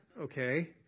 Okay